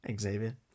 Xavier